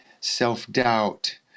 self-doubt